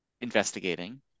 investigating